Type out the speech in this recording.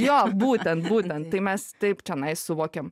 jo būtent būtent tai mes taip čionai suvokiam